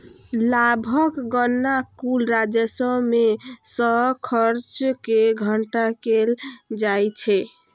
लाभक गणना कुल राजस्व मे सं खर्च कें घटा कें कैल जाइ छै